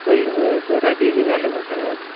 bill Rajiv जे नाले सां करे वठिजो